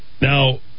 Now